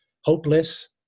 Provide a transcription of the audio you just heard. hopeless